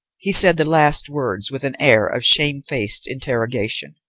he said the last words with an air of shamefaced interrogation.